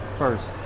first